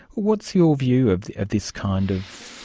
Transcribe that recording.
what's your view of of this kind of